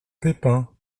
peipin